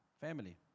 family